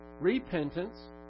repentance